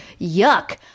yuck